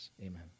Amen